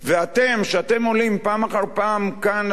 שאתם עולים פעם אחר פעם כאן על הדוכן,